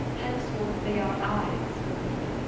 henceforth they are eyes for me.